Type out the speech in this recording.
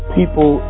people